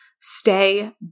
stay